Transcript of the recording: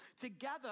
Together